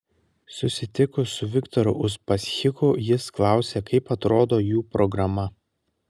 susitikus su viktoru uspaskichu jis klausė kaip atrodo jų programa